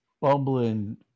bumbling